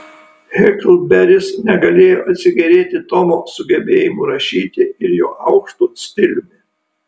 heklberis negalėjo atsigėrėti tomo sugebėjimu rašyti ir jo aukštu stiliumi